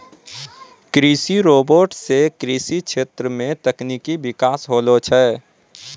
कृषि रोबोट सें कृषि क्षेत्र मे तकनीकी बिकास होलो छै